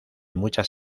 muchas